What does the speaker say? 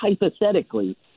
hypothetically